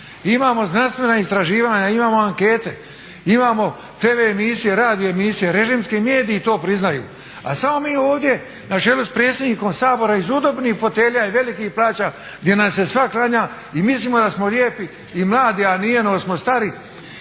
Imamo znanstvena istraživanja, imamo ankete, imamo tv emisije, radio emisije, režimski mediji to priznaju. A samo mi ovdje na čelu sa predsjednikom Sabora iz udobnih fotelja i velikih plaća, gdje nam se svak' klanja i mislimo da smo lijepi i mladi, a nije, nego smo stari,